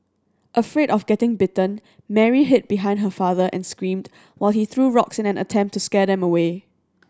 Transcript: afraid of getting bitten Mary hid behind her father and screamed while he threw rocks in an attempt to scare them away